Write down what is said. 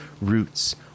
roots